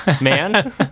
man